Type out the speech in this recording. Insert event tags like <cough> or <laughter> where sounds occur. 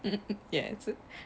<laughs> yes <laughs>